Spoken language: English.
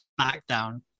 SmackDown